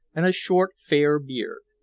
and a short fair beard.